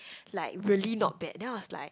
like really not bad then I was like